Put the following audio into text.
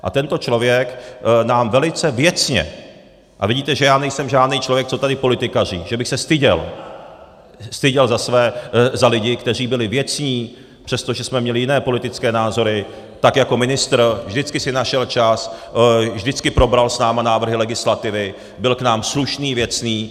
A tento člověk nám velice věcně a vidíte, že já nejsem žádnej člověk, co tady politikaří, že bych se styděl za lidi, kteří byli věcní, přestože jsme měli jiné politické názory, tak jako ministr si vždycky našel čas, vždycky probral s námi návrhy legislativy, byl k nám slušný, věcný.